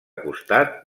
costat